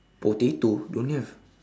potato don't have